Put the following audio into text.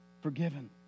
forgiven